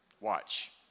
Watch